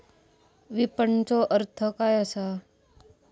विपणनचो अर्थ काय असा?